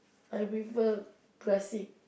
I prefer classic